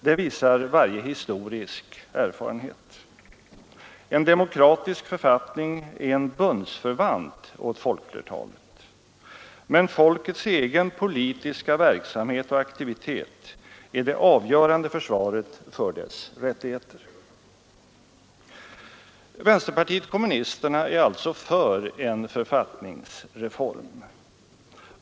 Det visar varje historisk erfarenhet. En demokratisk författning är en bundsförvant åt folkflertalet, men folkets egen politiska verksamhet och aktivitet är det avgörande försvaret för dess rättigheter. Vänsterpartiet kommunisterna är alltså för en författningsreform.